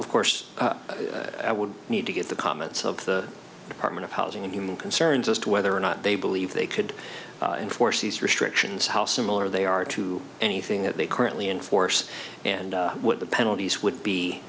of course i would need to get the comments of the apartment of housing and human concerns as to whether or not they believe they could enforce these restrictions how similar they are to anything that they currently enforce and what the penalties would be